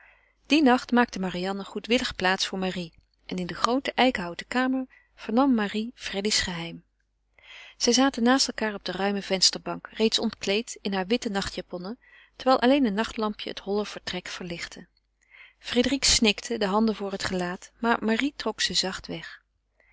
dien nacht maakte marianne goedwillig plaats voor marie en in de groote eikenhouten kamer vernam marie freddy's geheim zij zaten naast elkaâr op de ruime vensterbank reeds ontkleed in hare witte nachtjaponnen terwijl alleen een nachtlampje het holle vertrek verlichtte frédérique snikte de handen voor het gelaat maar marie trok ze zacht weg